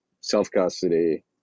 self-custody